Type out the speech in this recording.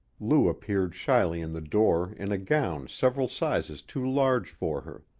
lou appeared shyly in the door in a gown several sizes too large for her.